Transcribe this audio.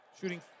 shooting